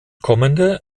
kommende